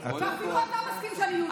אפילו אתה מסכים שאני יהודייה.